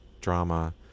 drama